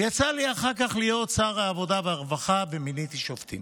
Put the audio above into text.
יצא לי אחר כך להיות שר העבודה והרווחה ומיניתי שופטים,